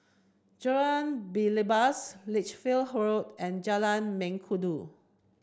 Jalan Belibas Lichfield Road and Jalan Mengkudu